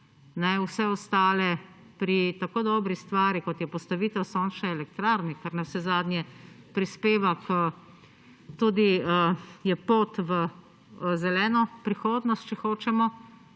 vse ostale pri tako dobri stvari kot je postavitev sončne elektrarne, ker navsezadnje prispeva k tudi je pot v zeleno prihodnost, če hočemo.